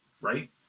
right